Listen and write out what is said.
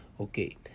okay